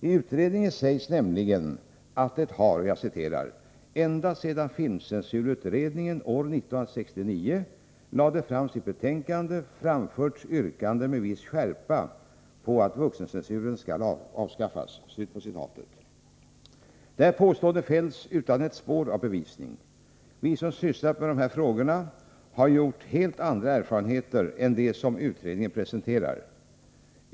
I utredningen sägs nämligen att det har ”ända-sedan filmcensurutredningen år 1969 lade fram sitt betänkande framförts yrkanden med viss skärpa på att vuxencensuren skall avskaffas”. Detta påstående fälls utan ett spår av bevisning. Vi som sysslat med dessa frågor har gjort helt andra erfarenheter än dem som utredningen presenterar.